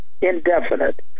Indefinite